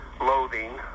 loathing